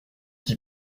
qui